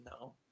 No